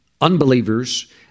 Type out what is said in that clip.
Unbelievers